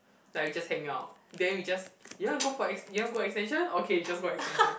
like we just hang out then we just you want to go for ex~ you want go extension okay you just go extension